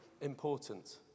important